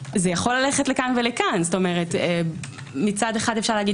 מצד אחד זה הולך לכאן ולכאן: מצד אחד אפשר להגיד